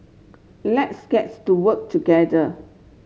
let's gets to work together